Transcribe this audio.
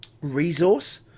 resource